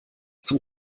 zum